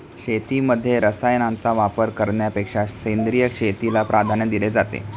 शेतीमध्ये रसायनांचा वापर करण्यापेक्षा सेंद्रिय शेतीला प्राधान्य दिले जाते